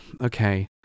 okay